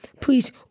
Please